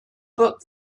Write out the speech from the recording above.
book